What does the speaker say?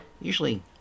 usually